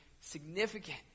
significant